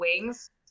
wings